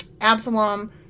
absalom